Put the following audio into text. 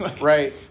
Right